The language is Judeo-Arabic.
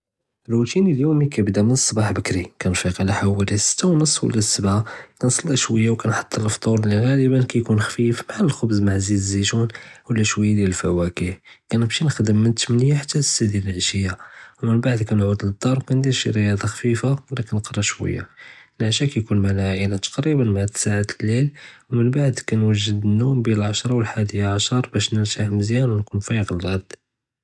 רוֹטִינִי אֶל-יוֹמִי קַיְּבְּדָא מִן אֶל-צּבָּח בְּקְרִי, קַנְפִיק עַל חֲוָאלִי אֶל-סִתָּה וְנֹּס וְלָא אֶל-סְבַעָה תְּנְצְלִי שְׁوּיָּה וְקַנְחַט אֶל-פְּטּוּר לִי גַ'אַלְבָּאן קַיְּכּוּן חָ'פִיף. בְּחַאל אֶל-חֻבְּז עִם אֶל-זַיִת זַיִתּוּן וְלָא שְׁוּיָּה דְל-אֶל-פְּוַאקִיח, קַנְמְשִי נְחַדֶּם מִן אֶל-תַּמָאנִיָּה חַתָּא לְשִתָּה דְל-אֶל-עַשִיָּה וּמְבְּעַד קַנְעוּד לְדַאר וְקַנְדִיר שִי רִיוַاضة חָ'פִיפָה, בְּغִית נְקְרָא שְׁוּיָּה. אֶל-עַשָּׁא קַיְּכּוּן עִם אֶל-עַאִילַה תְּקְרִיבָן עִם אֶל-תִסְעָה דַּל-לַיְל וּמְבְּעַד קַנְוַדְּד נְּוּם בֵּין אֶל-עַשְרָה וְאֶל-חַדִיָּה עָשַר בַּשּׁ נְרְתַּاح מְזְיָאן וְנְכוּן פַּאִיק לִגַּדָּא.